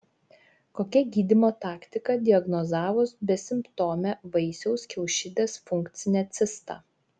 kokia gydymo taktika diagnozavus besimptomę vaisiaus kiaušidės funkcinę cistą